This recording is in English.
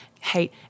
hate